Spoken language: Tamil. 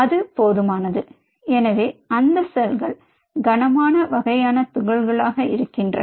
அது போதுமானது எனவே அந்த செல்கள் கனமான வகையான துகள்களாக இருக்கின்றன